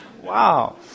Wow